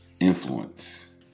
influence